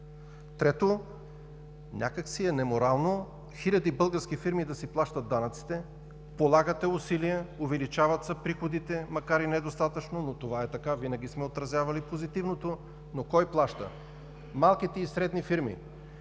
Трето, някак си е неморално хиляди български фирми да си плащат данъците, полагат усилия, увеличават се приходите, макар и недостатъчно, но това е така – винаги сме отразявали позитивното, но кой плаща? – Малките и средни фирми.